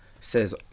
says